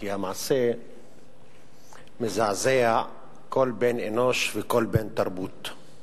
כי המעשה מזעזע כל בן-אנוש וכל בן-תרבות.